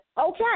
okay